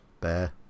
Bear